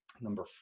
Number